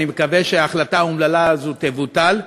אני מקווה שההחלטה האומללה הזאת תבוטל,